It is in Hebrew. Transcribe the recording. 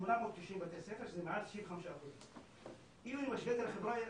890 בתי ספר שזה מעל 95%. אם אני משווה את זה לחברה היהודית,